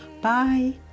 Bye